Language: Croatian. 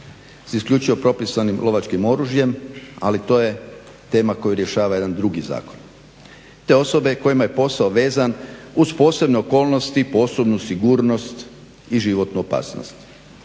s isključivo propisanim lovačkim oružjem, ali to je tema koju rješava jedan drugi zakon. Te osobe kojima je posao vezan uz posebne okolnosti, posebnu sigurnost i životnu opasnost.